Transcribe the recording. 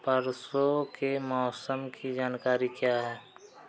परसों के मौसम की जानकारी क्या है?